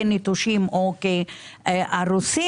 כנטושים או כהרוסים,